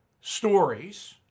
stories